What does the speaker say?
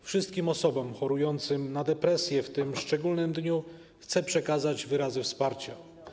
Wszystkim osobom chorującym na depresję w tym szczególnym dniu chcę przekazać wyrazy wsparcia.